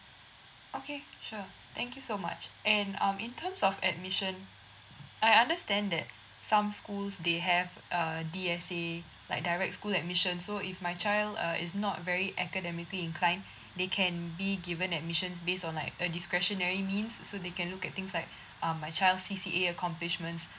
okay sure thank you so much and um in terms of admission I understand that some schools they have uh D_S_A like direct school admission so if my child uh is not very academically inclined they can be given admissions based on like a discretionary means so they can look at things like um my child's C_C_A accomplishments